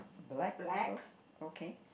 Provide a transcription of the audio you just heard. black also okay